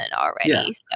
already